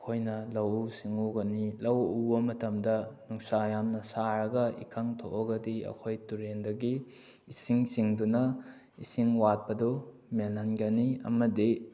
ꯑꯩꯈꯣꯏꯅ ꯂꯧꯎ ꯁꯤꯡꯎꯒꯅꯤ ꯂꯧ ꯎꯕ ꯃꯇꯝꯗ ꯅꯨꯡꯁꯥ ꯌꯥꯝꯅ ꯁꯥꯔꯒ ꯏꯀꯪ ꯊꯣꯛꯑꯒꯗꯤ ꯑꯩꯈꯣꯏ ꯇꯨꯔꯦꯟꯗꯒꯤ ꯏꯁꯤꯡ ꯆꯤꯡꯗꯨꯅ ꯏꯁꯤꯡ ꯋꯥꯠꯄꯗꯨ ꯃꯦꯜꯍꯟꯒꯅꯤ ꯑꯃꯗꯤ